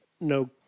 no